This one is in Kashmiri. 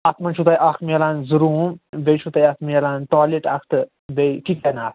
اَتھ منٛز چھُو تۄہہِ اَکھ میلان زٕ روٗم بیٚیہِ چھُو تۄہہِ اَتھ میلان ٹالیٹ اَکھ تہٕ بیٚیہِ کِچن اَکھ